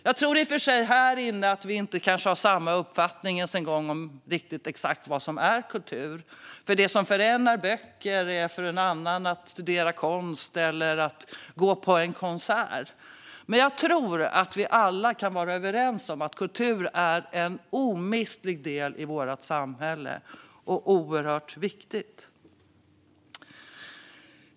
Jag tror i och för sig kanske inte att vi här inne har exakt samma uppfattning om vad kultur är. Det som för en är böcker är för en annan att studera konst eller att gå på en konsert. Men jag tror att alla kan vara överens om att kultur är en omistlig del av vårt samhälle, och oerhört viktigt.